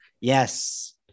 Yes